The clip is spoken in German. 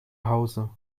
hause